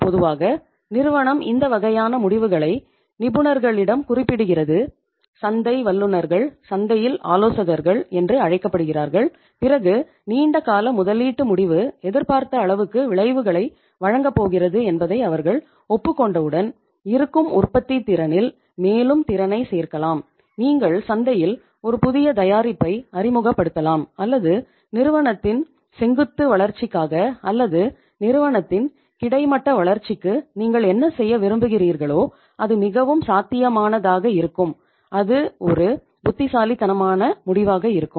பொதுவாக நிறுவனம் இந்த வகையான முடிவுகளை நிபுணர்களிடம் குறிப்பிடுகிறது சந்தை வல்லுநர்கள் சந்தையில் ஆலோசகர்கள் என்று அழைக்கப்படுகிறார்கள் பிறகு நீண்ட கால முதலீட்டு முடிவு எதிர்பார்த்த அளவுக்கு விளைவுகளை வழங்கப் போகிறது என்பதை அவர்கள் ஒப்புக் கொண்டவுடன் இருக்கும் உற்பத்தித் திறனில் மேலும் திறனைச் சேர்க்கலாம் நீங்கள் சந்தையில் ஒரு புதிய தயாரிப்பை அறிமுகப்படுத்தலாம் அல்லது நிறுவனத்தின் செங்குத்து வளர்ச்சிக்காக அல்லது நிறுவனத்தின் கிடைமட்ட வளர்ச்சிக்கு நீங்கள் என்ன செய்ய விரும்புகிறீர்களோ அது மிகவும் சாத்தியமானதாக இருக்கும் அது ஒரு புத்திசாலித்தனமான முடிவாக இருக்கும்